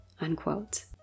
unquote